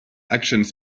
actions